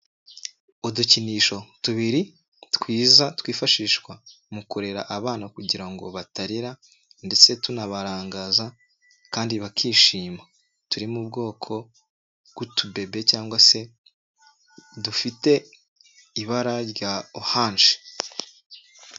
Udukinisho tubiri twiza twifashishwa mu kurera abana kugirango batarira, ndetse tubarangaza kandi bakishima ,turi mu bwoko bw'utubebe cyangwa se dufite ibara rya orange.